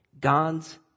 God's